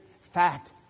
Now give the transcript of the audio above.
fact